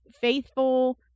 faithful